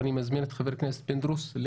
ואני מזמין את חבר הכנסת פינדרוס.